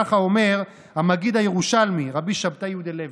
ככה אומר המגיד הירושלמי רבי שבתאי יודלביץ.